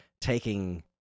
taking